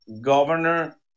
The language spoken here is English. governor